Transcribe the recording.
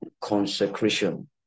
consecration